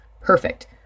Perfect